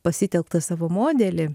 pasitelktą savo modelį